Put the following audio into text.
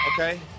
Okay